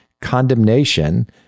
condemnation